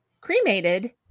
cremated